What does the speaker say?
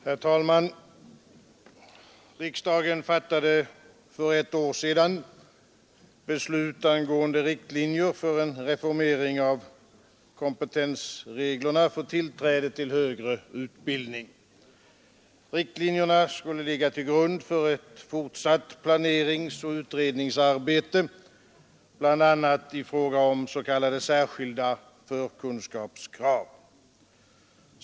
Herr talman! Riksdagen fattade för ett år sedan beslut angående riktlinjer för en reformering av kompetensreglerna för tillträde till högre utbildning. Riktlinjerna skulle ligga till grund för ett fortsatt planeringsoch utredningsarbete, bl.a. i fråga om s.k. särskilda förkunskapskrav.